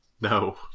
No